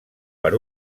per